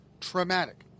traumatic